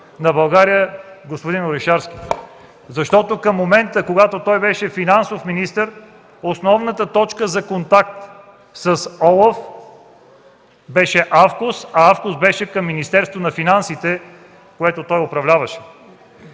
на България – господин Орешарски? Защото към момента, когато той беше финансов министър, основната точка за контакт с ОЛАФ беше АФКОС, а АФКОС беше към Министерството на финансите, което той управляваше.